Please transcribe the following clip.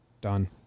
Done